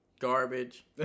garbage